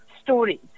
stories